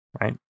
right